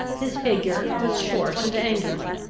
his figure was short and angular.